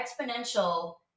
exponential